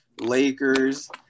Lakers